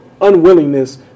unwillingness